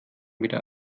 wieder